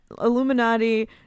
illuminati